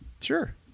Sure